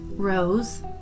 Rose